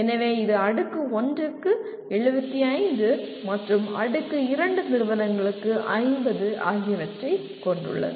எனவே இது அடுக்கு 1 க்கு 75 மற்றும் அடுக்கு 2 நிறுவனங்களுக்கு 50 ஆகியவற்றைக் கொண்டுள்ளது